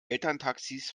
elterntaxis